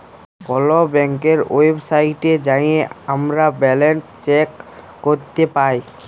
call ব্যাংকের ওয়েবসাইটে যাঁয়ে আমরা ব্যাল্যান্স চ্যাক ক্যরতে পায়